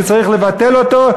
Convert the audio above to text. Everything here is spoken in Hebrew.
שצריך לבטל אותו,